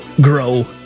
grow